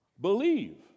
believe